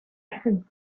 had